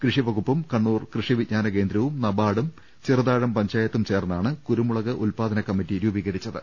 കൃഷിവകുപ്പും കണ്ണൂർ കൃഷി വിജ്ഞാന കേന്ദ്രവും നബാർഡും ചെറുതാഴം പഞ്ചായത്തും ചേർന്നാണ് കുരു മുളക് ഉൽപ്പാദന കമ്പനി രൂപീകരിച്ചത്